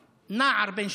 לחסינות".